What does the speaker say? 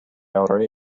areoj